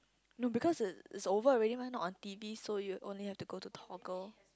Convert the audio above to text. no because it it's over already mah not on T_V so you only have to go to toggle